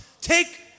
Take